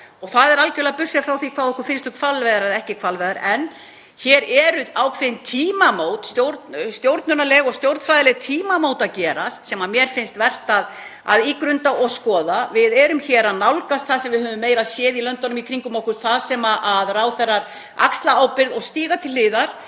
Og það er algjörlega burt séð frá því hvað okkur finnst um hvalveiðar eða ekki hvalveiðar. Hér eru ákveðin tímamót, stjórnunarleg og stjórnmálafræðileg tímamót að verða sem mér finnst vert að ígrunda og skoða. Við erum hér að nálgast það sem við höfum meira séð í löndunum í kringum okkur þar sem ráðherrar axla ábyrgð og stíga til hliðar